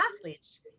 athletes